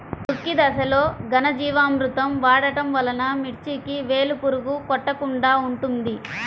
దుక్కి దశలో ఘనజీవామృతం వాడటం వలన మిర్చికి వేలు పురుగు కొట్టకుండా ఉంటుంది?